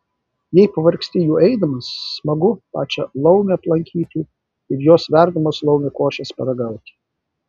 jei pavargsti juo eidamas smagu pačią laumę aplankyti ir jos verdamos laumių košės paragauti